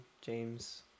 james